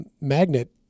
magnet